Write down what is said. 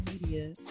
media